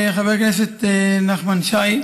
חבר הכנסת נחמן שי,